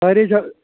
ساریٚے جا